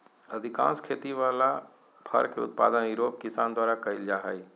अधिकांश खेती वला फर के उत्पादन यूरोप किसान द्वारा कइल जा हइ